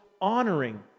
honoring